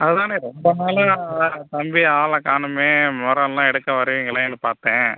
அதான் ரொம்ப நாளாக தம்பியை ஆளை காணுமே மரம்லாம் எடுக்க வருவிங்களேன்னு பார்த்தேன்